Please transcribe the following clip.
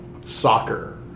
soccer